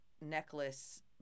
necklace